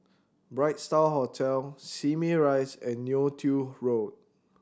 Bright Star Hotel Simei Rise and Neo Tiew Road